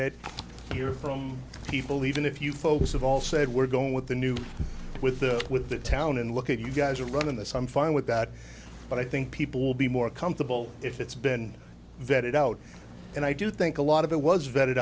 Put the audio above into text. it hear from people even if you focus of all said we're going with the new with the with the town and look at you guys are running this i'm fine with that but i think people will be more comfortable if it's been vetted out and i do think a lot of it was